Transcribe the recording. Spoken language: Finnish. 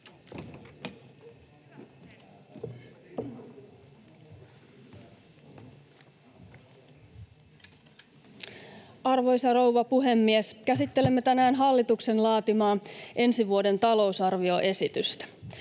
Arvoisa rouva puhemies! Käsittelemme tänään hallituksen laatimaa ensi vuoden talousarvioesitystä.